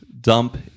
dump